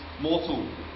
mortal